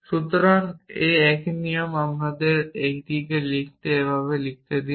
সুতরাং এই একই নিয়ম আমাদের এটিকে এভাবে লিখতে দিন